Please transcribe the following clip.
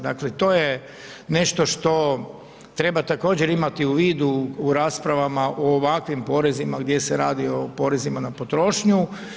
Dakle, to je nešto što treba također imati u vidu u raspravama u ovakvim porezima gdje se radi o porezima na potrošnju.